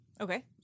Okay